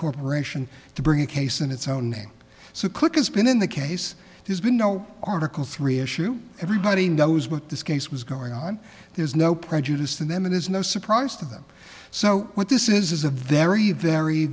corporation to bring a case in its own name so quick has been in the case there's been no article three issue everybody knows what this case was going on there's no prejudice to them it is no surprise to them so what this is is a very very